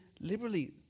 liberally